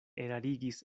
erarigis